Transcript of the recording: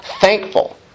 Thankful